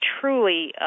truly